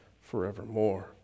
forevermore